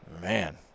Man